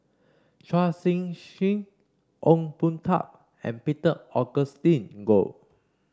Chua Sian Chin Ong Boon Tat and Peter Augustine Goh